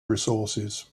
resources